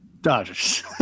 Dodgers